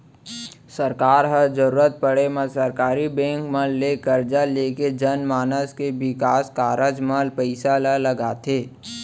सरकार ह जरुरत पड़े म सरकारी बेंक मन ले करजा लेके जनमानस के बिकास कारज म पइसा ल लगाथे